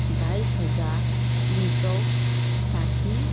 बाइस हजारतिन सौ साठी